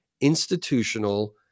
institutional